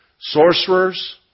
Sorcerers